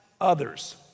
others